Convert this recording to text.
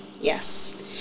yes